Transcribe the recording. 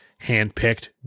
handpicked